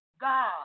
God